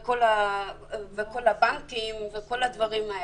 כל הבנקים והדברים האלה.